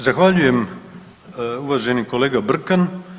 Zahvaljujem uvaženi kolega Brkan.